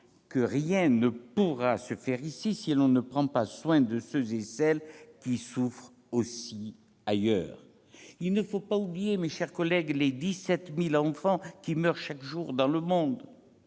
que rien ne pourra se faire ici si l'on ne prend pas soin de ceux et celles qui souffrent aussi ailleurs. N'oublions pas, mes chers collègues, les 17 000 enfants qui meurent chaque jour dans le monde